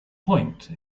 point